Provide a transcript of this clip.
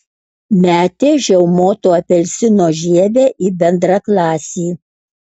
metė žiaumoto apelsino žievę į bendraklasį